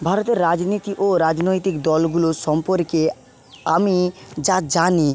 ভারতের রাজনীতি ও রাজনৈতিক দলগুলোর সম্পর্কে আমি যা জানি